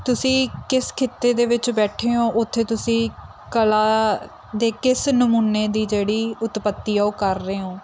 ਤੁਸੀਂ ਕਿਸ ਖਿੱਤੇ ਦੇ ਵਿੱਚ ਬੈਠੇ ਹੋ ਉੱਥੇ ਤੁਸੀਂ ਕਲਾ ਦੇ ਕਿਸ ਨਮੂਨੇ ਦੀ ਜਿਹੜੀ ਉਤਪਤੀ ਆ ਉਹ ਕਰ ਰਹੇ ਹੋ